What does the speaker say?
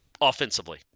offensively